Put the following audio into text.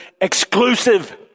exclusive